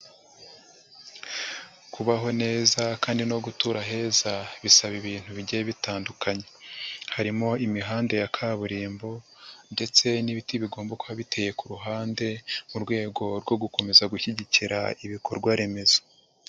Kubaho neza kandi no gutura heza bisaba ibintu bigiye bitandukanye, harimo imihanda ya kaburimbo ndetse n'ibiti bigomba kuba biteye ku ruhande mu rwego rwo gukomeza gushyigikira ibikorwa remezo.